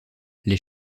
les